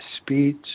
speech